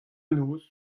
noz